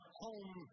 home